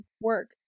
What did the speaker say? work